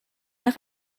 nach